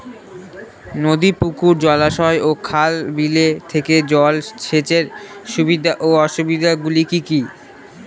নদী পুকুর জলাশয় ও খাল বিলের থেকে জল সেচের সুবিধা ও অসুবিধা গুলি কি কি?